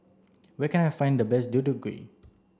where can I find the best Deodeok Gui